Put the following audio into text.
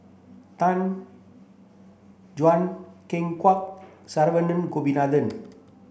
Tan Juan Ken Kwek Saravanan Gopinathan